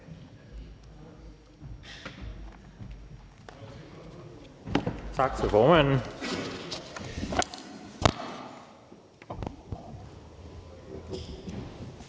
Tak for ordet.